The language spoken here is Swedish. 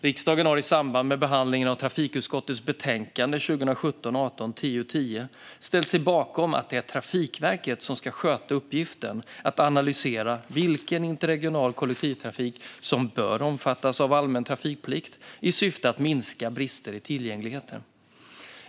Riksdagen har i samband med behandling av trafikutskottets betänkande 2017/18:TU10 ställt sig bakom att det är Trafikverket som ska sköta uppgiften att analysera vilken interregional kollektivtrafik som bör omfattas av allmän trafikplikt i syfte att minska brister i tillgängligheten.